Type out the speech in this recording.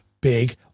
big